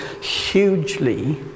hugely